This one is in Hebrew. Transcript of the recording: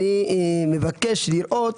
אני מבקש לראות,